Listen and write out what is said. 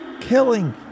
killing